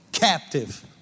captive